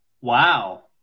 Wow